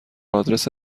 آدرس